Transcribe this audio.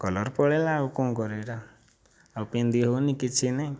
colour ପଳେଇଲା ଆଉ କ'ଣ କରିବି ଏଟା ଆଉ ପିନ୍ଧି ହେଉନି କିଛି ନାହିଁ